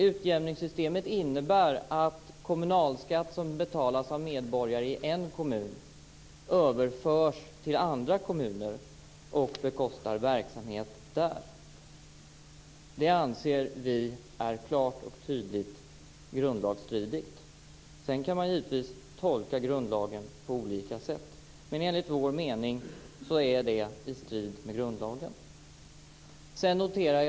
Utjämningssystemet innebär att kommunalskatt som betalas av medborgare i en kommun överförs till andra kommuner och bekostar verksamhet där. Det anser vi är klart och tydligt grundlagsstridigt. Sedan kan man givetvis tolka grundlagen på olika sätt. Men enligt vår mening är det i strid med grundlagen. Fru talman!